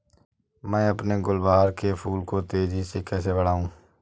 मैं अपने गुलवहार के फूल को तेजी से कैसे बढाऊं?